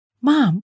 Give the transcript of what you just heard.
Mom